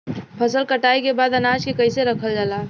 फसल कटाई के बाद अनाज के कईसे रखल जाला?